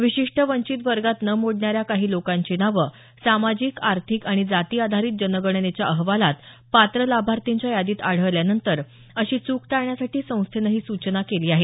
विशिष्ट वंचित वर्गात न मोडणाऱ्या काही लोकांची नावं सामाजिक आर्थिक आणि जाती आधारित जनगणनेच्या अहवालात पात्र लाभार्थींच्या यादीत आढळल्यानंतर अशी चूक टाळण्यासाठी संस्थेनं ही सूचना केली आहे